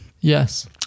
Yes